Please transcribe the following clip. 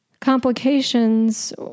Complications